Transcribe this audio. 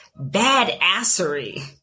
badassery